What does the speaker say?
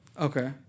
Okay